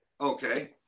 Okay